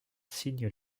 signe